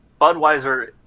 Budweiser